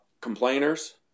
Complainers